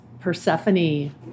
Persephone